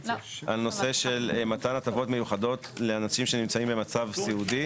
הנושא של מתן הטבות מיוחדות לאנשים שנמצאים במצב סיעודי,